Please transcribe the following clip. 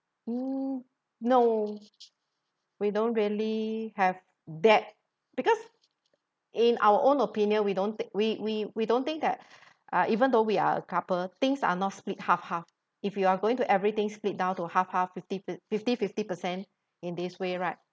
mm no we don't really have that because in our own opinion we don't th~ we we we don't think that uh even though we are a couple things are not split half half if you are going to everything split down to half half fifty fifty fifty percent in this way right